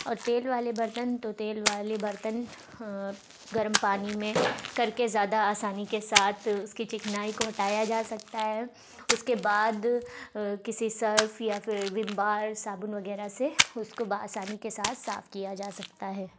اور تیل والے برتن تو تیل والے برتن گرم پانی میں کر کے زیادہ آسانی کے ساتھ اس کی چکنائی کو ہٹایا جا سکتا ہے اس کے بعد کسی سرف یا پھر وم بار صابن وغیرہ سے اس کو بآسانی کے ساتھ صاف کیا جا سکتا ہے